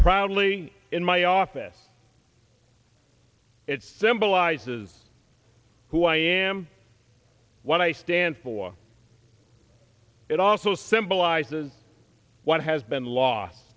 proudly in my office it symbolizes who i am what i stand for it also symbolizes what has been lost